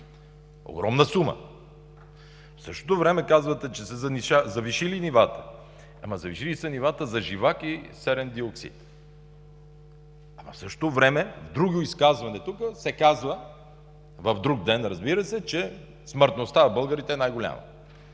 Огромна сума! В същото време казвате, че са се завишили нивата. Завишили са се нивата за живак и серен диоксид. В същото време, в друго изказване тук се казва, в друг ден, разбира се, че смъртността на българите е най-голяма.